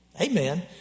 Amen